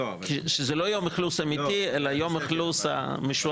זה לא יום אכלוס אמיתי, זה יום אכלוס משוער.